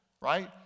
right